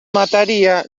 mataría